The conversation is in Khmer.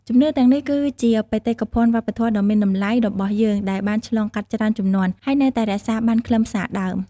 ជំនឿទាំងនេះគឺជាបេតិកភណ្ឌវប្បធម៌ដ៏មានតម្លៃរបស់យើងដែលបានឆ្លងកាត់ច្រើនជំនាន់ ហើយនៅតែរក្សាបានខ្លឹមសារដើម។